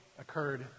occurred